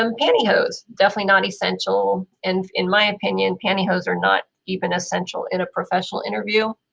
um pantyhose. definitely not essential and in my opinion pantyhose are not even essential in a professional interview.